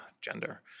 gender